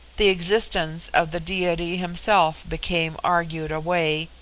the existence of the diety himself became argued away,